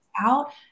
out